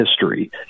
history